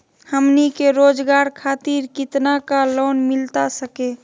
हमनी के रोगजागर खातिर कितना का लोन मिलता सके?